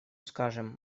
скажем